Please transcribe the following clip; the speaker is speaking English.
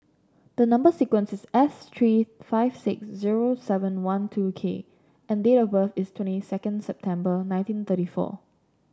the number sequence is S three five six zero seven one two K and date of birth is twenty second September nineteen thirty four